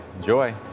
Enjoy